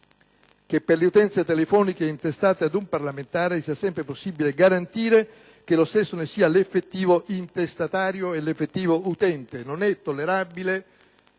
che per le utenze telefoniche intestate ad un parlamentare sia sempre possibile garantire che lo stesso ne sia l'effettivo intestatario e l'effettivo utente. Non è tollerabile